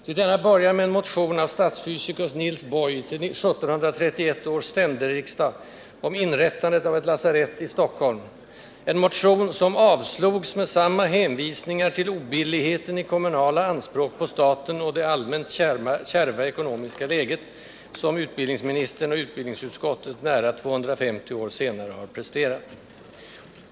Ty denna börjar med en motion av stadsfysicus Nils Boy till 1731 års ständerriksdag om inrättandet av ett lasarett i Stockholm — en motion som avslogs med samma hänvisningar till obilligheten i kommunala anspråk på staten och det allmänt kärva ekonomiska läget som utbildningsministern och utbildningsutskottet nära 250 år senare har presterat.